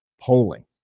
polling